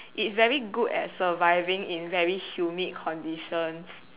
it's very good at surviving in very humid conditions